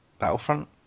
Battlefront